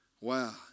Wow